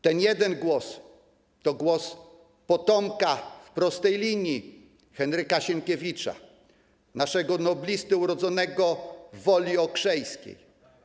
Ten 1 głos to głos potomka w prostej linii Henryka Sienkiewicza, naszego noblisty urodzonego w Woli Okrzejskiej.